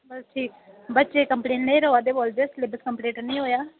बस ठीक बच्चे कम्पलेन लेई रोआ दे बोलदे सलेबस कम्पलीट नी होआ